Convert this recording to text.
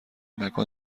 مکان